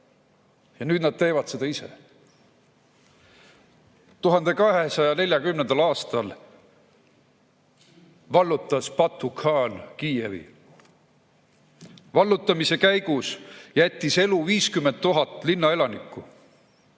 Ja nüüd teevad nad seda ise. 1240. aastal vallutas Batu-khaan Kiievi. Vallutamise käigus jättis elu 50 000 linnaelanikku,